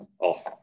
off